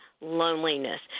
loneliness